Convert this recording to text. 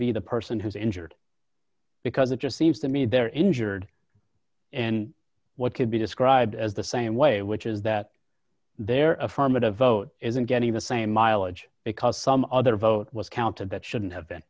be the person who's injured because it just seems to me they're injured and what could be described as the same way which is that there affirmative vote isn't getting the same mileage because some other vote was counted that shouldn't have been